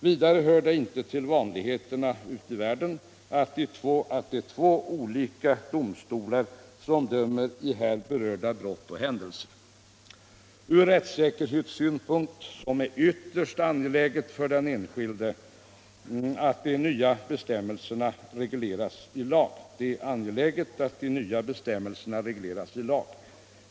Vidare hör det inte till vanligheterna ute i världen att det är två olika domstolar som dömer i här berörda brott och händelser. Från rättssäkerhetssynpunkt är det ytterst angeläget för den enskilde att de nya bestämmelserna regleras i lag.